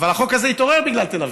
אבל החוק הזה התעורר בגלל תל אביב.